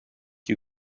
you